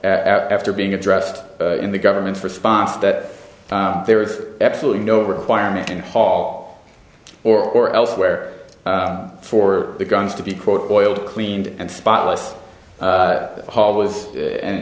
after being addressed in the government's response that there is absolutely no requirement in fall or elsewhere for the guns to be quote boiled cleaned and spotless